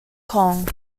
kong